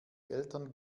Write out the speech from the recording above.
eltern